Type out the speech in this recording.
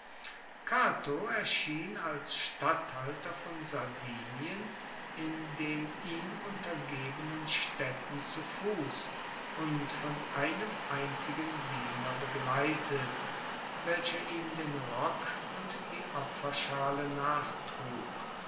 cato erschien als statthalter von sardinien in den ihm untergebenen staedten zu fuss und von einem einzigen diener begleitet welcher ihm den rock und die opferschale nachtrug